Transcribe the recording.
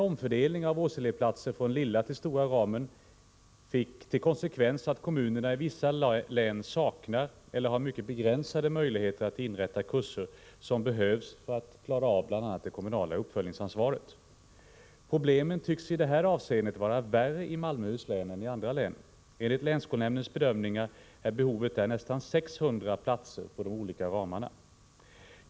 Omfördelningen av årselevplatser från lilla till stora ramen fick till konsekvens att kommuner i vissa län saknar eller har mycket begränsade möjligheter att inrätta kurser som behövs för att klara av bl.a. det kommunala uppföljningsansvaret. Problemen tycks i det här avseendet vara värre i Malmöhus län än i andra län. Enligt länsskolnämndens bedömning är behovet där nästan 600 platser på de olika ramarna.